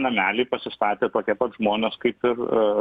namelį pasistatė tokie pat žmonės kaip ir